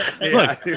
Look